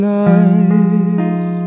nice